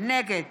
נגד